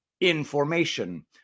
information